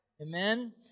Amen